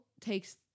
takes